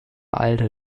alter